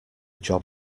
job